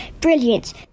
Brilliant